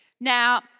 Now